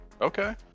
okay